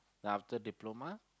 then after Diploma